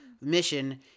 mission